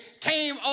came